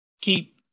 keep